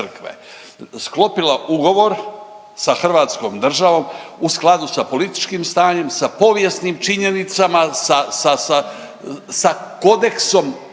sklopila ugovor sa hrvatskom državom u skladu sa političkim stanjem, sa povijesnim činjenicama, sa, sa,